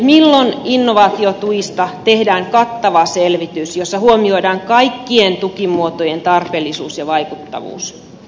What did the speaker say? milloin innovaatiotuista tehdään kattava selvitys jossa huomioidaan kaikkien tukimuotojen tarpeellisuus ja vaikuttavuus